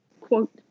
Quote